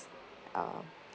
uh